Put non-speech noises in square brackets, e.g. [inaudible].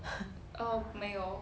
[laughs]